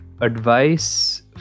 advice